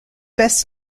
best